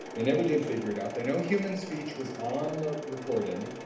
they never did figure it out. they know human speech was on the recording